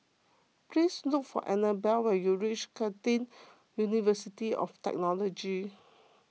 please look for Anabella when you reach Curtin University of Technology